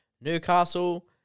Newcastle